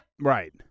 right